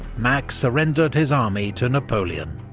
mack surrendered his army to napoleon.